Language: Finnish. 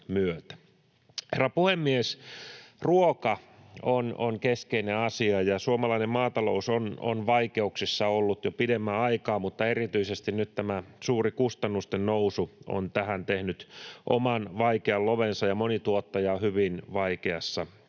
Herra puhemies! Ruoka on keskeinen asia ja suomalainen maatalous on vaikeuksissa ollut jo pidemmän aikaa, mutta erityisesti nyt tämä suuri kustannusten nousu on tähän tehnyt oman vaikean lovensa ja moni tuottaja on hyvin vaikeassa tilanteessa